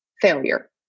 failure